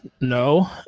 No